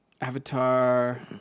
Avatar